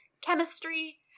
chemistry